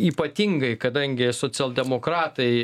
ypatingai kadangi socialdemokratai